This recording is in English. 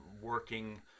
working